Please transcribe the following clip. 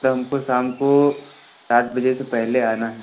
तो हमको शाम को सात बजे से पहले आना है